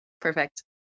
Perfect